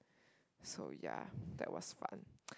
so yeah that was fun